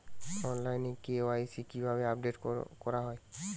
অনলাইনে কে.ওয়াই.সি কিভাবে আপডেট করা হয়?